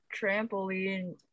trampoline